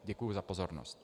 Děkuji za pozornost.